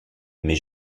mais